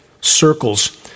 circles